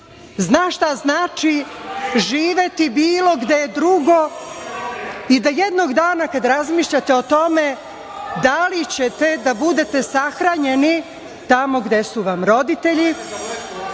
zna šta znači živeti bilo gde drugo i da jednog dana kada razmišljate o tome da li ćete da budete sahranjeni tamo gde su vam roditelji